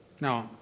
Now